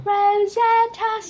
Rosetta